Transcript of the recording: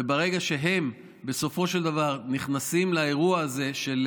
וברגע שהם בסופו של דבר נכנסים לאירוע הזה של